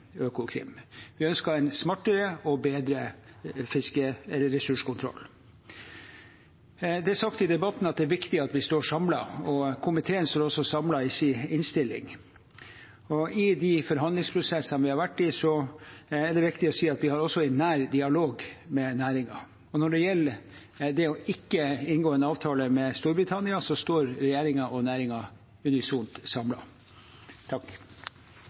Økokrim. Vi ønsker en smartere og bedre fiskeressurskontroll. Det er sagt i debatten at det er viktig at vi står samlet. Komiteen står også samlet i sin innstilling. I de forhandlingsprosessene vi har vært i, er det viktig å si at vi har også en nær dialog med næringen. Og når det gjelder det å ikke inngå en avtale med Storbritannia, står regjeringen og næringen unisont